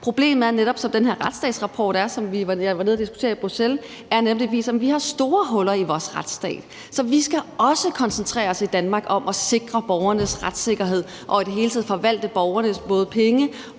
viser, at vi har store huller i vores retsstat. Så vi skal i Danmark også koncentrere os om at sikre borgernes retssikkerhed og i det hele taget forvalte borgernes både